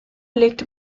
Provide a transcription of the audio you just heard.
liegt